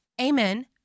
Amen